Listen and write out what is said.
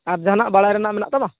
ᱟᱨ ᱡᱟᱦᱟᱸᱱᱟ ᱵᱟᱲᱟᱭ ᱨᱮᱱᱟᱜ ᱢᱮᱱᱟᱜ ᱛᱟᱢᱟ